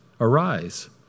Arise